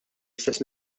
istess